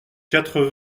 quatre